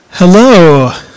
Hello